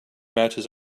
matches